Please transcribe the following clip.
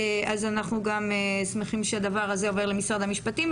אז אנחנו גם שמחים שהדבר הזה עובר למשרד המשפטים,